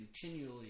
continually